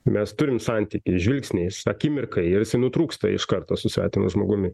mes turim santykį žvilgsniais akimirkai ir jisai nutrūksta iš karto su svetimu žmogumi